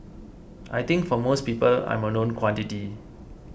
I think for most people I'm a known quantity